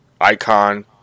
icon